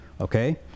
Okay